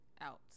out